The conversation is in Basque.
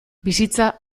bizitza